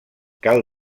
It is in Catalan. cal